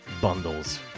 bundles